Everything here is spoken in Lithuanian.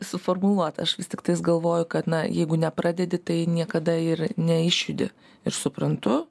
suformuluot aš vis tiktais galvoju kad na jeigu nepradedi tai niekada ir neišjudi ir suprantu